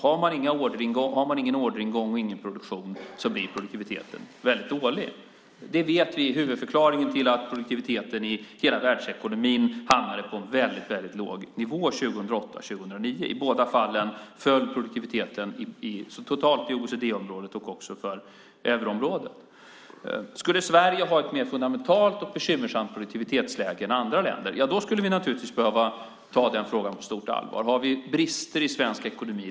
Har man ingen orderingång och ingen produktion blir produktiviteten väldigt dålig. Det vet vi är huvudförklaringen till att produktiviteten i hela världsekonomin hamnade på väldigt låg nivå 2008 och 2009. I båda fallen föll produktiviteten totalt i OECD-området och också i euroområdet. Skulle Sverige ha ett mer fundamentalt och bekymmersamt produktivitetsläge än andra länder skulle vi naturligtvis behöva ta den frågan på stort allvar. Har vi brister i svensk ekonomi?